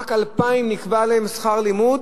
רק 2,000 נקבע להם שכר לימוד,